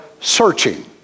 searching